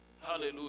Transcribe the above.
Hallelujah